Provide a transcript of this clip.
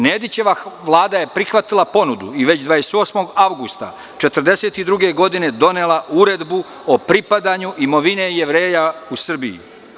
Nedićeva Vlada je prihvatila ponudu i već 28. avgusta 1942. godine donela uredbu o pripadanju imovine Jevreja u Srbiji.